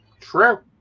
True